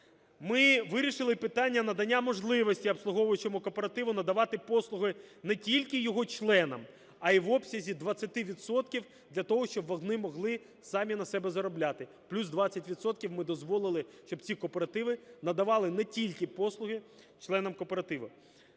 Ми вирішили питання надання можливості обслуговуючому кооперативу надавати послуги не тільки його членам, а й в обсязі 20 відсотків, для того щоб вони могли самі на себе заробляти, плюс 20 відсотків ми дозволили, щоб ці кооперативи надавали не тільки послуги членам кооперативу.